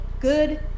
good